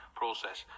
process